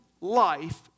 life